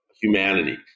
humanity